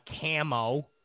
camo